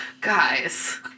guys